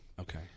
Okay